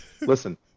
listen